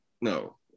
No